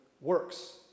works